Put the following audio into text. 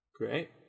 Great